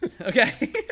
okay